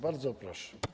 Bardzo proszę.